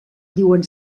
diuen